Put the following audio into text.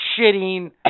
shitting